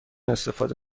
استفاده